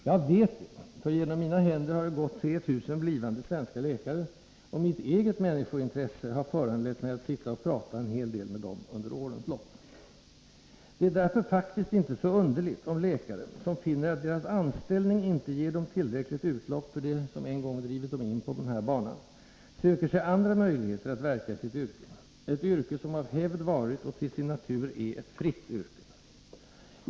Jag vet det, för genom mina händer har gått 3 000 blivande svenska läkare, och mitt eget människointresse har föranlett mig att sitta och prata en hel del med dem under årens lopp. Det är därför faktiskt inte så underligt om läkare, som finner att deras anställning inte ger dem tillräckligt utlopp för det som en gång drivit dem in på den här banan, söker sig andra möjligheter att verka i sitt yrke — ett yrke som av hävd varit, och till sin natur är, ett fritt yrke.